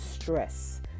stress